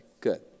good